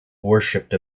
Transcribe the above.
worshipped